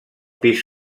pis